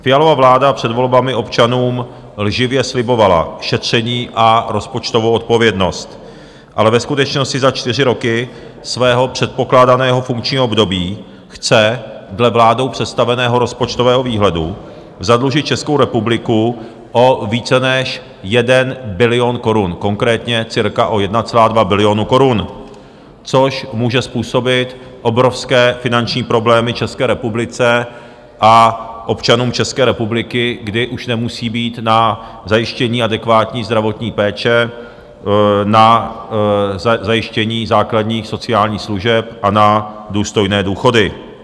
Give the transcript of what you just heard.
Fialova vláda před volbami občanům lživě slibovala šetření a rozpočtovou odpovědnost, ale ve skutečnosti za čtyři roky svého předpokládaného funkčního období chce dle vládou představeného rozpočtového výhledu zadlužit Českou republiku o více než 1 bilion korun, konkrétně cirka o 1,2 bilionu korun, což může způsobit obrovské finanční problémy České republice a občanům České republiky, kdy už nemusí být na zajištění adekvátní zdravotní péče, na zajištění základních sociálních služeb a na důstojné důchody.